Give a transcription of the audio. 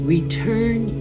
Return